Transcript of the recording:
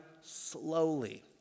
slowly